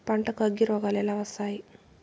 పంటకు అగ్గిరోగాలు ఎలా వస్తాయి?